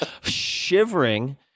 shivering